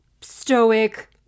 stoic